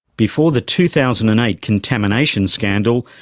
before the two thousand and eight contamination scandal,